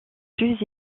plus